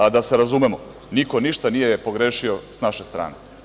Da se razumemo, niko ništa nije pogrešio sa naše strane.